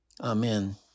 Amen